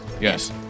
yes